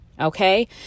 okay